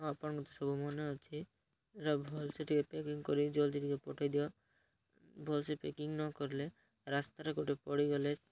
ହଁ ଆପଣଙ୍କ ତ ସବୁ ମନେ ଅଛି ଏଟା ଭଲସେ ଟିକେ ପ୍ୟାକିଂ କରିକି ଜଲ୍ଦି ଟିକେ ପଠାଇଦିଅ ଭଲସେ ପ୍ୟାକିଂ ନକଲେ ରାସ୍ତାରେ ଗୋଟେ ପଡ଼ିଗଲେ